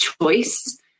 choice